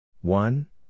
one